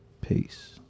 peace